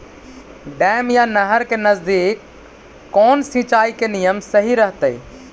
Dam या नहर के नजदीक कौन सिंचाई के नियम सही रहतैय?